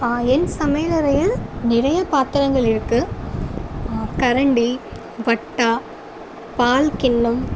என் சமையல் அறையில் நிறைய பாத்திரங்கள் இருக்கு கரண்டி வட்டா பால் கிண்ணம்